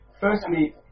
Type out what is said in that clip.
Firstly